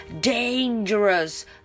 dangerous